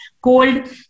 cold